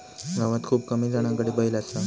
गावात खूप कमी जणांकडे बैल असा